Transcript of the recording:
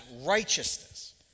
righteousness